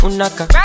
Unaka